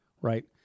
right